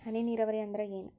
ಹನಿ ನೇರಾವರಿ ಅಂದ್ರ ಏನ್?